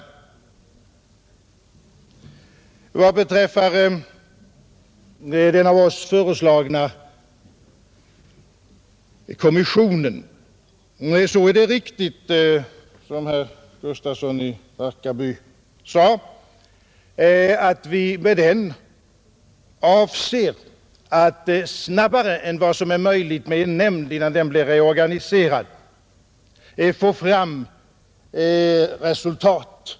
Vad beträffar den av oss föreslagna kommissionen är det riktigt som herr Gustafsson i Barkarby sade, att vi med den avser att snabbare få fram resultat än vad som är möjligt med en nämnd innan den blir reorganiserad.